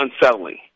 unsettling